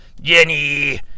Jenny